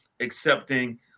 accepting